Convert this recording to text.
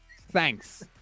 Thanks